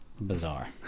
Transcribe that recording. Bizarre